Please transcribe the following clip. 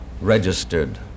registered